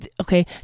okay